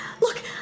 Look